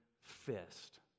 fist